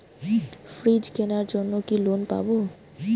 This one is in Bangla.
ফ্রিজ কেনার জন্য কি লোন পাব?